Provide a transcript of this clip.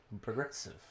Progressive